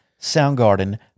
Soundgarden